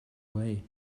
way